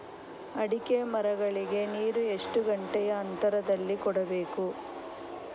ಅಡಿಕೆ ಮರಗಳಿಗೆ ನೀರು ಎಷ್ಟು ಗಂಟೆಯ ಅಂತರದಲಿ ಕೊಡಬೇಕು?